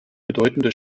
bedeutende